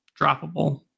droppable